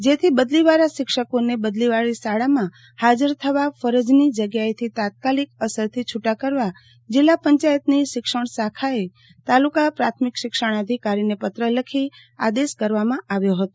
જેથી બદલીવાળા શિક્ષકોને બદલીવાળી શાળામાં ફાજર થવા ફરજની જગ્યાએથી તાત્કાલિક અસરથી છુટા કરવા જિલ્લા પંચાયતની શિક્ષણ શાખાએ તાલુકા પ્રાથમિક શિક્ષણાધિકારીને પત્ર લખી આદેશ કરવામાં આવ્યો હતો